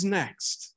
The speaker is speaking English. next